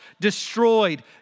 destroyed